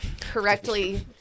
correctly